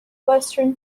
western